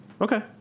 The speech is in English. Okay